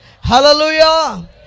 Hallelujah